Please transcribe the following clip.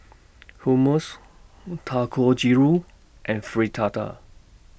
Hummus Dangojiru and Fritada